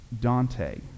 Dante